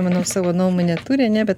manau savo nuomonę turi ane bet